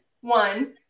one